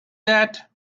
that